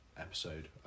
episode